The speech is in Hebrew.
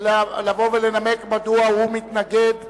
לבוא ולנמק מדוע הוא מתנגד